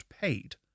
paid